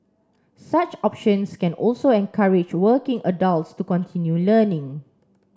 such options can also encourage working adults to continue learning